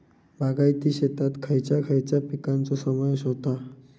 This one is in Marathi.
बागायती शेतात खयच्या खयच्या पिकांचो समावेश होता?